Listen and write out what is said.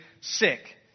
sick